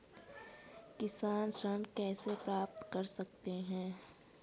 किसान ऋण कैसे प्राप्त कर सकते हैं?